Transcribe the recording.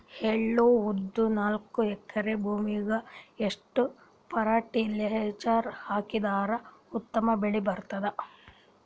ಎಳ್ಳು, ಉದ್ದ ನಾಲ್ಕಎಕರೆ ಭೂಮಿಗ ಎಷ್ಟ ಫರಟಿಲೈಜರ ಹಾಕಿದರ ಉತ್ತಮ ಬೆಳಿ ಬಹುದು?